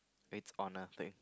it's on a plate